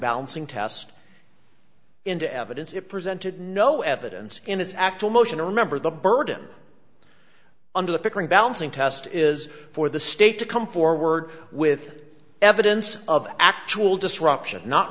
balancing test into evidence it presented no evidence in its actual motion remember the burden under the pickering balancing test is for the state to come forward with evidence of actual disruption not